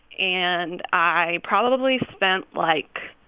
and i probably spent, like,